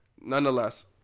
nonetheless